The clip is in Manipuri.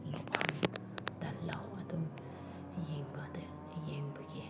ꯂꯧꯐꯝꯗ ꯂꯧ ꯑꯗꯨꯝ ꯌꯦꯡꯕꯗ ꯌꯦꯡꯕꯒꯤ